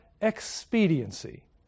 expediency